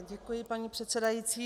Děkuji, paní předsedající.